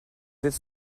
êtes